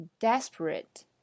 desperate